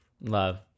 Love